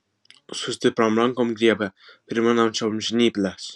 su stipriom rankom griebė primenančiom žnyples